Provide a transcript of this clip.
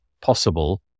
possible